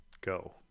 go